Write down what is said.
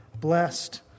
Blessed